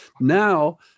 now